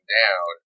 down